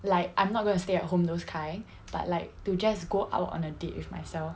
like I'm not gonna stay at home those kind but like to just go out on a date with myself